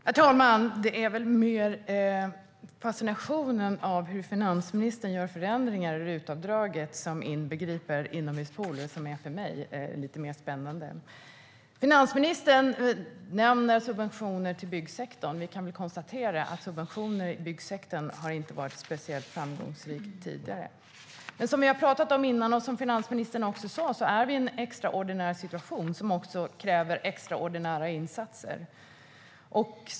Herr talman! Det är väl mer fascinationen över hur finansministern gör förändringar i RUT-avdraget, som inbegriper inomhuspooler, som är för mig lite mer spännande. Finansministern nämner subventioner till byggsektorn. Vi kan väl konstatera att subventioner i byggsektorn inte har varit speciellt framgångsrikt tidigare. Som vi har pratat om tidigare och som finansministern nu sa är det en extraordinär situation som också kräver extraordinära insatser.